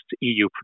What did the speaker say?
EU